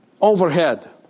overhead